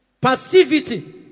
passivity